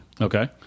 Okay